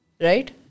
right